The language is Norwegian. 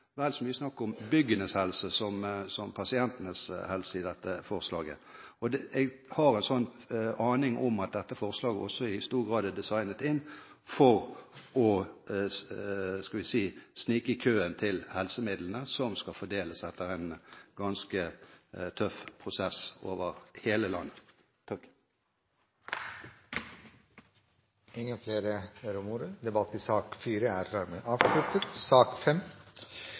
det er vel så mye snakk om byggenes helse som pasientenes helse i dette forslaget. Jeg har en aning om at dette forslaget også i stor grad er designet for – skal vi si – å snike i køen til helsemidlene som skal fordeles etter en ganske tøff prosess over hele landet. Flere har ikke bedt om ordet til sak